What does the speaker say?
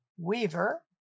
Weaver